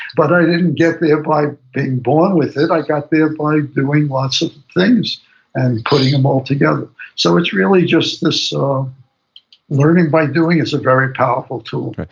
but i didn't get there by being born with it. i got there by doing lots of things and putting them all together so it's really just this so learning by doing is a very powerful tool right.